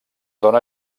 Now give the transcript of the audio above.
dóna